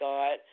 God